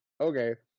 okay